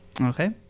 Okay